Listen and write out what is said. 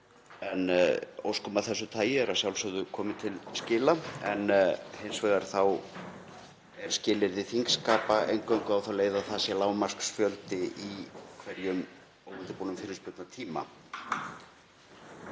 en óskum af þessu tagi er að sjálfsögðu komið til skila. Hins vegar er skilyrði þingskapa eingöngu á þá leið að það sé lágmarksfjöldi í hverjum óundirbúnum fyrirspurnatíma.